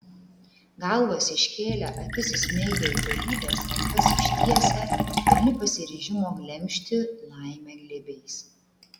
galvas iškėlę akis įsmeigę į tolybes rankas ištiesę pilni pasiryžimo glemžti laimę glėbiais